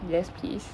yes please